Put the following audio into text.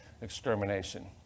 extermination